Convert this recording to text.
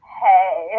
hey